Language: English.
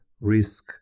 risk